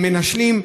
מנשלים.